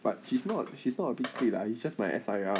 but he's not he's not a big stick lah he's just my S_I_R